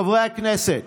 חברי הכנסת,